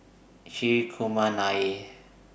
Hri Kumar Nair